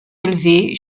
élevée